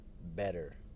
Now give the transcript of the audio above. better